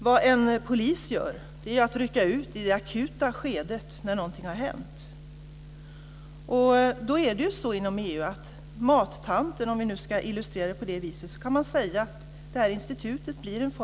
Vad en polis gör är att rycka ut i det akuta skedet, när någonting har hänt. Man kan säga att det här institutet blir en form av mattant - om vi nu ska illustrera det på det viset - inom EU.